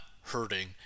hurting